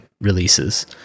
releases